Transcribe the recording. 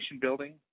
building